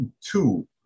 Two